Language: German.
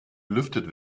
belüftet